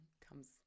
comes